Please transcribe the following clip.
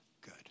good